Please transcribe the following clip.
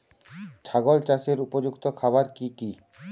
ছাগল চাষের উপযুক্ত খাবার কি কি?